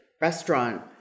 restaurant